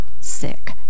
sick